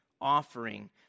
offering